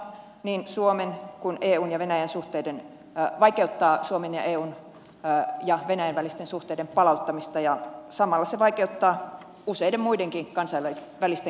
tämä vaikeuttaa niin suomen kuin eun ja venäjän suhteiden ja vaikeuttaa suomen ja eun ja venäjän välisten suhteiden palauttamista ja samalla se vaikeuttaa useiden muidenkin kansainvälisten kriisien ratkaisemista